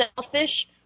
selfish